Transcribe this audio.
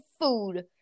food